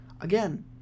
again